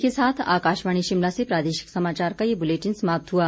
इसी के साथ आकाशवाणी शिमला से प्रादेशिक समाचार का ये बुलेटिन समाप्त हुआ